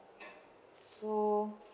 so